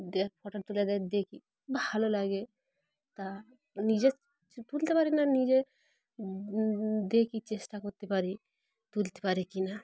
দিয়ে ফটো তুলে দে দেখি ভালো লাগে তা নিজের তুলতে পারি না নিজে দেখি চেষ্টা করতে পারি তুলতে পারি কি না